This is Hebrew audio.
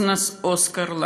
אוזנס אוסקר לנדבר,